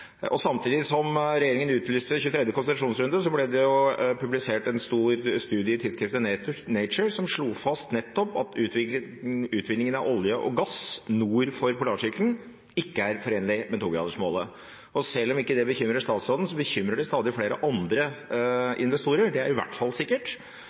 Samtidig som regjeringen utlyste 23. konsesjonsrunde, ble det publisert en stor studie i tidsskriftet Nature, som slo fast at nettopp utvinning av olje og gass nord for Polarsirkelen ikke er forenlig med togradersmålet. Selv om det ikke bekymrer statsråden, bekymrer det stadig flere andre investorer – det er i hvert fall sikkert.